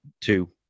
two